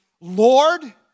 Lord